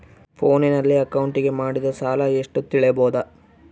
ಫೋನಿನಲ್ಲಿ ಅಕೌಂಟಿಗೆ ಮಾಡಿದ ಸಾಲ ಎಷ್ಟು ತಿಳೇಬೋದ?